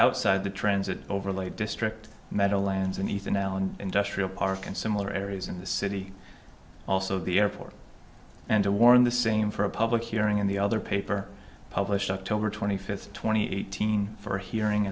outside the transit overlay district meadowlands and ethan allen industrial park and similar areas in the city also the airport and to warn the same for a public hearing in the other paper published october twenty fifth twenty eighteen for hearing